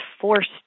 forced